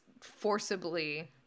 forcibly